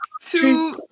two